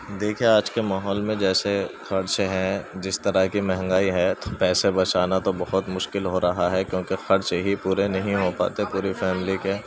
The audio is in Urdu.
دیکھیے آج کے ماحول میں جیسے خرچ ہیں جس طرح کی مہنگائی ہے پیسے بچانا تو بہت مشکل ہو رہا ہے کیوں کہ خرچ ہی پورے نہیں ہو پاتے پورے فیملی کے